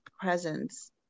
presence